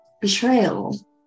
betrayal